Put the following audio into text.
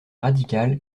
radical